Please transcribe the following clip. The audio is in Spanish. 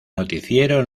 noticiero